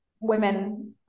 women